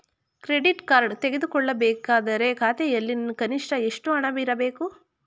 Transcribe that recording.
Credit card ತೆಗೆದುಕೊಳ್ಳಬೇಕಾದರೆ ಖಾತೆಯಲ್ಲಿ ಕನಿಷ್ಠ ಎಷ್ಟು ಹಣ ಇರಬೇಕು?